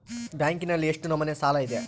ಬ್ಯಾಂಕಿನಲ್ಲಿ ಎಷ್ಟು ನಮೂನೆ ಸಾಲ ಇದೆ?